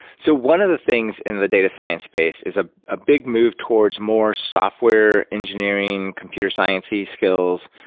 so one of the things in the data science space is a ah big move towards more software engineering, computer science-y skills,